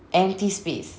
empty space